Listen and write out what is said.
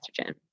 estrogen